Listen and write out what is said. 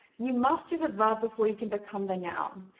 you must do the verb before you can become the noun.